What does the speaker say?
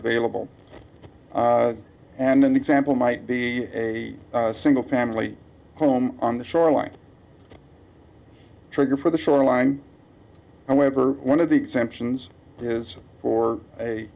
available and an example might be a single family home on the shoreline trigger for the shoreline however one of the exemptions has for